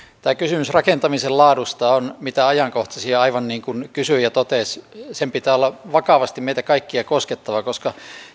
tämä kysymys rakentamisen laadusta on mitä ajankohtaisin ja aivan niin kuin kysyjä totesi sen pitää olla vakavasti meitä kaikkia koskettava koska